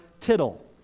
tittle